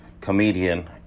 comedian